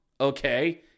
Okay